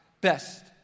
best